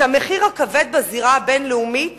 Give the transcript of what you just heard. את המחיר הכבד בזירה הבין-לאומית